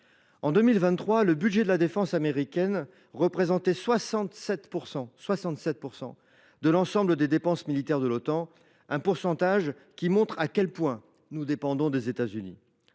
En 2023, le budget de la défense américaine représentait 67 % de l’ensemble des dépenses militaires de l’Otan. Ce pourcentage montre à quel point nous dépendons des États Unis.